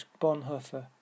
Bonhoeffer